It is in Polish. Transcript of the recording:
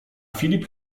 filip